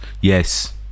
Yes